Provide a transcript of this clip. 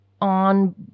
on